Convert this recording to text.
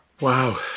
Wow